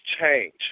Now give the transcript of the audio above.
change